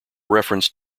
reference